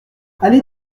allée